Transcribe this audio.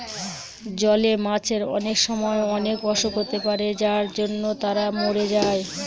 জলে মাছের অনেক সময় অনেক অসুখ হতে পারে যার জন্য তারা মরে যায়